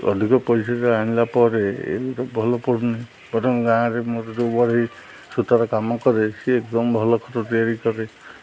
ଅଧିକ ପଇସା ଦେଇ ଆଣିଲା ପରେ ଏଇଟା ଭଲ ପଡ଼ୁନି ବରଂ ଗାଁରେ ମୋର ଯେଉଁ ବଢ଼େଇ ସୁତାର କାମ କରେ ସେ ଏକଦମ୍ ଭଲ ଖଟ ତିଆରି କରେ